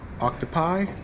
octopi